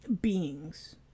beings